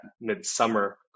mid-summer